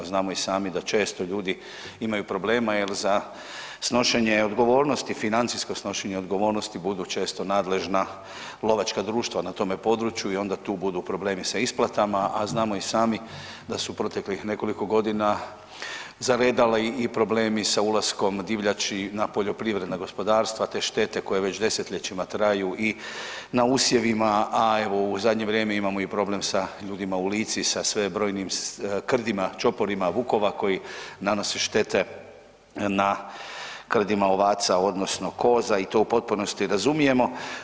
Znamo i sami da često ljudi imaju problema jer za snošenje odgovornosti, financijsko snošenje odgovornosti budu često nadležna lovačka društva na tome području i onda tu budu problemi sa isplatama, a znamo i sami da su proteklih nekoliko godina zaredali i problemi sa ulaskom divljači na poljoprivredna gospodarstva te štete koje već desetljećima traju i na usjevima, a evo u zadnje vrijeme imamo i problem sa ljudima u Lici sa sve brojnijim krdima, čoporima vukovima koji nanose štete na krdima ovaca odnosno koza i to u potpunosti razumijemo.